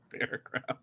paragraph